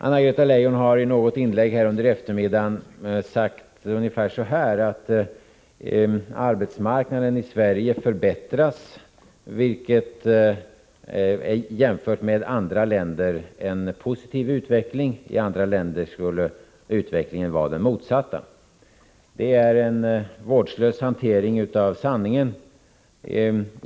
Anna-Greta Leijon har i något inlägg i dag på eftermiddagen sagt ungefär så här: Arbetsmarknaden i Sverige förbättras. Jämförd med arbetsmarknaden i andra länder är det en positiv utveckling. I andra länder skulle utvecklingen alltså vara den motsatta. Det är en vårdslös hantering av sanningen.